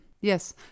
yes